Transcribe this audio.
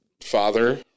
Father